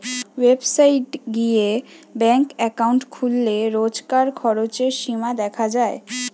website গিয়ে bank account খুললে রোজকার খরচের সীমা দেখা যায়